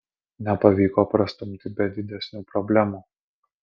nepavyko prastumti be didesnių problemų